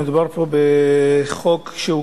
מדובר פה בהצעת חוק לתיקון סעיף 16ד לחוק הבחירות,